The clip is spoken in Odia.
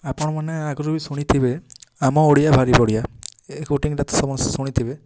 ଆପଣମାନେ ଆଗରୁ ବି ଶୁଣିଥିବେ ଆମ ଓଡ଼ିଆ ଭାରି ବଢ଼ିଆ ଏ କୋଟିଙ୍ଗଟା ତ ସମସ୍ତେ ଶୁଣିଥିବେ